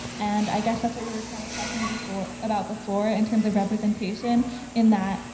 and i guess that's what we were kind of talking before about before in terms of representation in that,